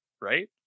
right